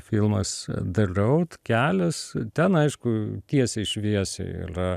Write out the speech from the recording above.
filmas the road kelias ten aišku tiesiai šviesiai ylia